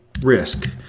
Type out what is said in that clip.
risk